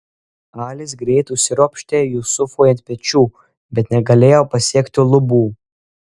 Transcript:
alis greit užsiropštė jusufui ant pečių bet negalėjo pasiekti lubų